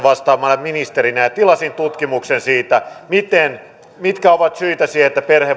vastaavana ministerinä ja tilasin tutkimuksen siitä mitkä ovat syitä siihen että